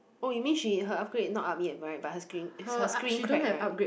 oh you mean she her upgrade not up yet right but her screen her screen crack right